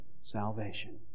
salvation